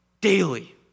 daily